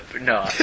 No